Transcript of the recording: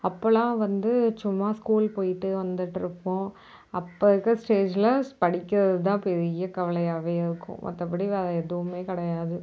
அப்போவெலாம் வந்து சும்மா ஸ்கூல் போய்விட்டு வந்துகிட்டுருப்போம் அப்போ இருக்கிற ஸ்டேஜ்ஜில் படிக்கிறதுதான் பெரிய கவலையாகவே இருக்கும் மற்றபடி வேறு எதுவுமே கிடையாது